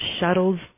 shuttles